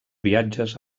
viatges